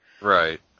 Right